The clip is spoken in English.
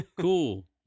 Cool